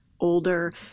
older